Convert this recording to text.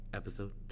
episode